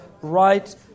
right